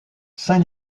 saint